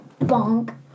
Bonk